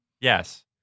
Yes